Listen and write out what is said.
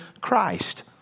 Christ